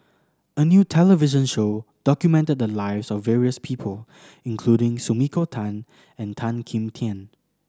a new television show documented the lives of various people including Sumiko Tan and Tan Kim Tian